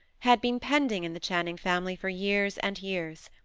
had been pending in the channing family for years and years.